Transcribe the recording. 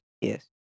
Yes